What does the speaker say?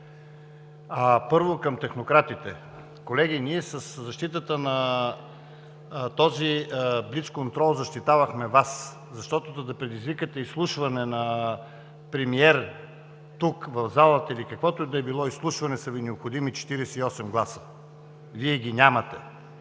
Първо, към технократите. Колеги, със защитата на билцконтрола защитавахме Вас, защото, за да предизвикате изслушване на премиера в залата или каквото и да е било изслушване, са Ви необходими 48 гласа. Вие ги нямате.